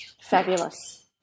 Fabulous